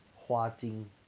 花精